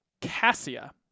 Cassia